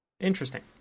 Interesting